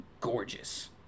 gorgeous